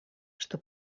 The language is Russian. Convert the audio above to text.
что